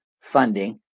funding